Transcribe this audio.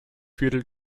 viertel